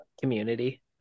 Community